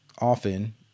often